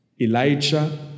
Elijah